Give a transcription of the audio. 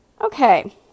Okay